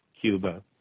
Cuba